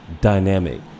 dynamic